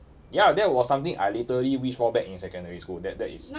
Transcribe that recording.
ya that was something I literally wished for back in secondary school that that is